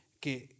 que